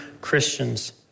Christians